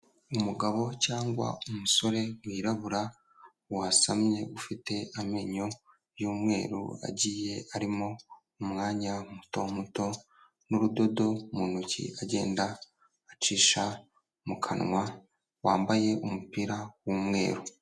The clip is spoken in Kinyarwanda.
Umugabo cyangwa umusore wirabura wasamye ufite amenyo y'umweru agiye arimo umwanya muto muto n'urudodo mu ntoki agenda acisha mu kanwa wambaye umupira w'umweru.